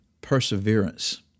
perseverance